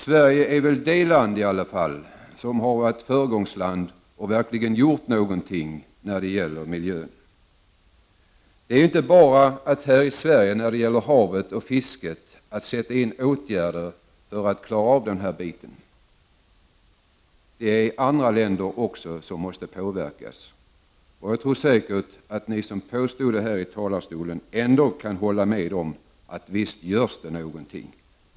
Sverige är väl ändå det land som varit föregångare och verkligen gjort insatser för miljön. Det är inte bara här i Sverige som åtgärder behöver sättas in när det gäller havet och fisket. Andra länder måste också påverkas. Jag tror att alla kan hålla med om att visst görs det någonting åt miljön i Sverige.